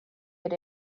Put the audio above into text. had